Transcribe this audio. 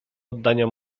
oddania